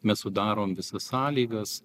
mes sudarom visas sąlygas